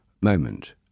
moment